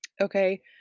Okay